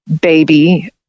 baby